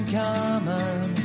common